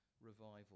revival